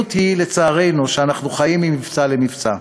המציאות היא, לצערנו, שאנחנו חיים ממבצע למבצע.